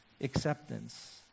acceptance